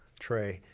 trey,